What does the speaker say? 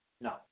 No